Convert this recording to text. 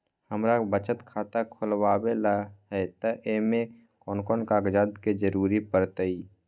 हमरा बचत खाता खुलावेला है त ए में कौन कौन कागजात के जरूरी परतई?